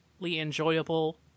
enjoyable